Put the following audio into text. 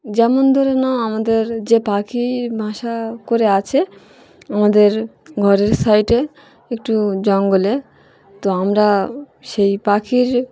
যেমন ধরে নাও আমাদের যে পাখি বাসা করে আছে আমাদের ঘরের সাইডে একটু জঙ্গলে তো আমরা সেই পাখির